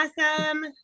Awesome